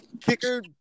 kicker